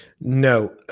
No